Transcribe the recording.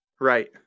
Right